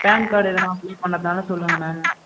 pan card எதனா apply பண்ணுறதுனாலும் சொல்லுங்கள் மேம்